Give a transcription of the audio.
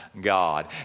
God